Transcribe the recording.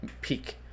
peak